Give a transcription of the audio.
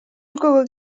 өлкөгө